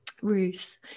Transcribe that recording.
Ruth